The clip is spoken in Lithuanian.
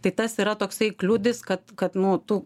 tai tas yra toksai kliudis kad kad nu tų